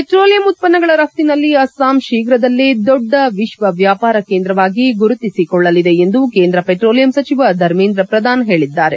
petroleum ಉತ್ಪನ್ನಗಳ ರಫ್ತಿನಲ್ಲಿ ಅಸ್ಲಾಂ ಶೀಘ್ರದಲ್ಲೇ ದೊಡ್ಡ ವಿಶ್ವ ವ್ಯಾಪಾರ ಕೇಂದ್ರವಾಗಿ ಗುರುತಿಸಿಕೊಳ್ಳಲಿದೆ ಎಂದು ಕೇಂದ್ರ ಪೆಟ್ರೋಲಿಯಂ ಸಚಿವ ಧರ್ಮೇಂದ್ರ ಪ್ರಧಾನ್ ಹೇಳಿದ್ದಾರೆ